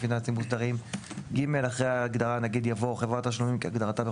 פיננסיים מוסדרים,"; אחרי ההגדרה "הוראת תשלום" יבוא: "המפקח על